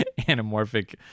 anamorphic